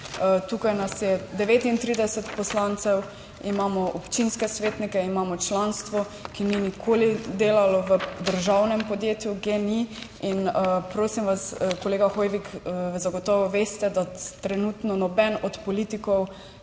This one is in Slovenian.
Tukaj nas je 39 poslancev, imamo občinske svetnike, imamo članstvo, ki ni nikoli delalo v državnem podjetju GEN-I, in prosim vas, kolega Hoivik, zagotovo veste, da trenutno noben od politikov,